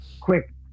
quick